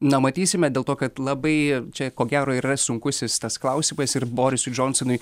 na matysime dėl to kad labai čia ko gero ir yra sunkusis tas klausimas ir borisui džonsonui